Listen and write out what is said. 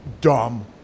dumb